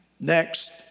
Next